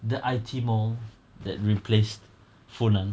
the I_T mall that replaced funan